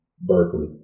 Berkeley